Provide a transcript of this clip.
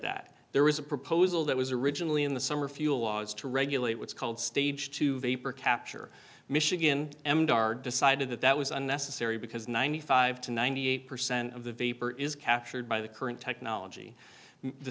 that there is a proposal that was originally in the summer fuel laws to regulate what's called stage two vapor capture michigan decided that that was unnecessary because ninety five to ninety eight percent of the vapor is captured by the current technology the